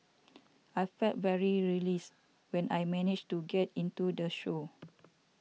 I felt very relieved when I managed to get into the show